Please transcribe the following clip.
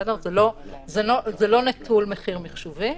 זה לא נטול מחיר מחשובי,